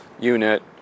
unit